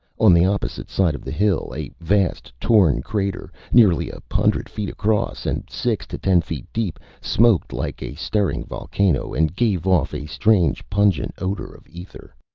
on the opposite side of the hill, a vast, torn crater, nearly a hundred feet across and six to ten feet deep, smoked like a stirring volcano and gave off a strange, pungent odor of ether.